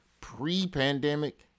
pre-pandemic